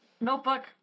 notebook